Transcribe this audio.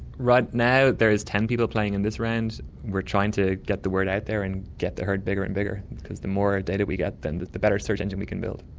right now there's ten people playing in this round. we're trying to get the word out there and get the herd bigger and bigger, because the more data we get then the the better search engine we can build.